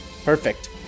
Perfect